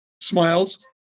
smiles